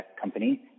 company